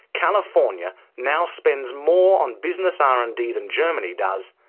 california now spends more on business r and d than germany does,